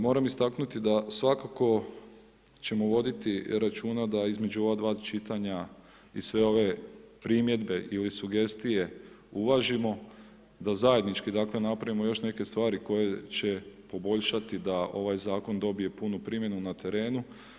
Moram istaknuti da svakako ćemo voditi računa da između ova dva čitanja i sve ove primjedbe ili sugestije uvažimo, da zajednički dakle napravimo još neke stvari koje će poboljšati da ovaj zakon dobije punu primjenu na terenu.